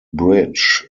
bridge